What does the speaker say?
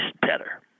better